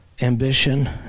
ambition